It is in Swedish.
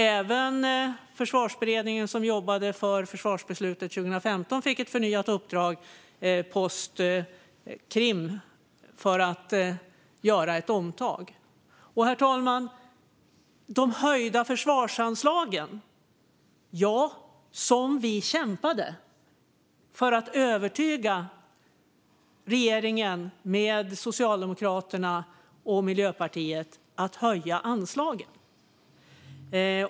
Även den försvarsberedning som jobbade för försvarsbeslutet 2015 fick ett förnyat uppdrag post Krim för att göra ett omtag. Herr talman! Sedan gäller det de höjda försvarsanslagen. Ja, som vi kämpade för att övertyga regeringen, med Socialdemokraterna och Miljöpartiet, om att höja anslagen.